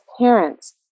parents